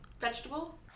Vegetable